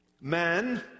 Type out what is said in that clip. man